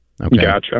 Gotcha